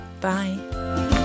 bye